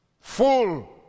full